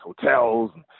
hotels